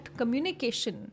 communication